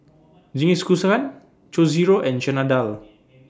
Jingisukan Chorizo and Chana Dal